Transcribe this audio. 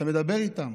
אתה מדבר איתם,